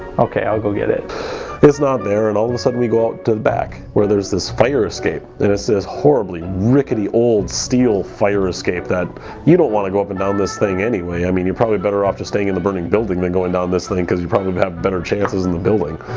okay i'll go get it it's not there. tyler and all of a sudden we go out to the back where there's this fire escape this is horribly rickety old steel fire escape that you don't want to go up and down this thing anyway i mean you're probably better off to staying in the burning building than going down this thing because you probably um have better chances in the building.